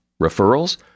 Referrals